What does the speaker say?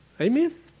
Amen